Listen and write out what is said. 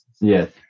Yes